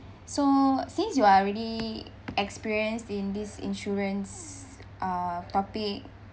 so since you are really experienced in this insurance uh topic